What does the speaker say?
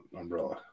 umbrella